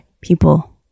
people